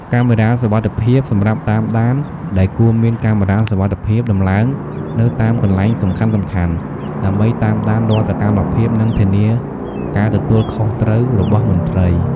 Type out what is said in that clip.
កាមេរ៉ាសុវត្ថិភាពសម្រាប់តាមដានដែលគួរមានកាមេរ៉ាសុវត្ថិភាពដំឡើងនៅតាមកន្លែងសំខាន់ៗ ដើម្បីតាមដានរាល់សកម្មភាព និងធានាការទទួលខុសត្រូវរបស់មន្ត្រី។